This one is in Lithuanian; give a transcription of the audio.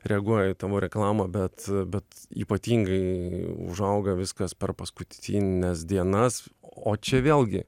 reaguoja į tavo reklamą bet bet ypatingai užauga viskas per paskutines dienas o čia vėlgi